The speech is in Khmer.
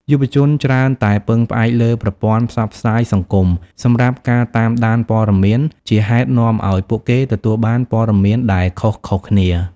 យុវជនច្រើនតែពឹងផ្អែកលើប្រព័ន្ធផ្សព្វផ្សាយសង្គមសម្រាប់ការតាមដានព័ត៌មាន ជាហេតុនាំឱ្យពួកគេទទួលបានព័ត៌មានដែលខុសៗគ្នា។